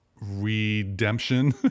redemption